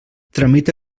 tramita